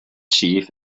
chief